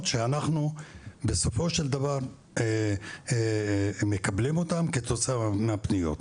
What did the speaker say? שאנחנו בסופו של דבר מקבלים אותן כתוצאה מהפניות.